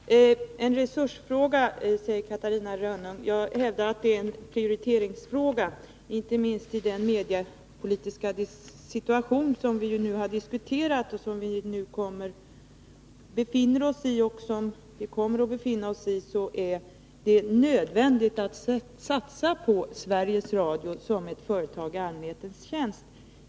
Herr talman! Det är en resursfråga, säger Catarina Rönnung. Jag hävdar att det är en prioriteringsfråga. Inte minst i den mediepolitiska situation som vi nu har diskuterat och som vi befinner oss i och kommer att befinna oss i är det nödvändigt att satsa på Sveriges Radio som ett företag i allmänhetens tjänst.